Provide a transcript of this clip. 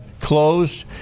closed